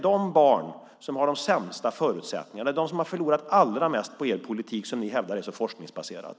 De barn som har de sämsta förutsättningarna har förlorat allra mest på den politik som ni hävdar är så forskningsbaserad.